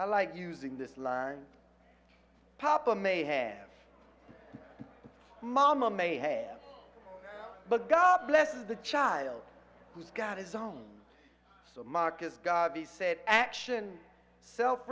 i like using this line papa may have mama may have but god bless the child who's got his own so marcus garvey said action self